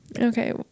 Okay